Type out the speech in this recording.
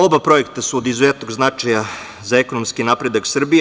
Oba projekta su od izuzetnog značaja za ekonomski napredak Srbije.